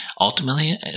ultimately